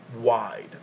wide